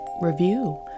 review